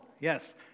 Yes